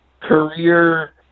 career